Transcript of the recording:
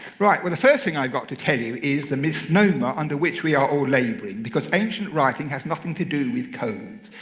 right. well, the first thing i've got to tell you is the misnomer under which we are all labouring, because ancient writing has nothing to do with codes.